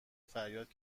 فریاد